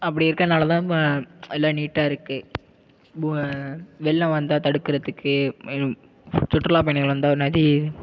அப்படி இருக்கறனால தான் இப்போ எல்லாம் நீட்டா இருக்குது புவ வெள்ளம் வந்தால் தடுக்கிறதுக்கு மேலும் சுற்றுலாப் பயணிகள் வந்தால் நதி